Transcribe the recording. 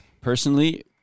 Personally